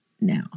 now